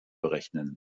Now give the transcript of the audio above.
berechnen